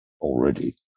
already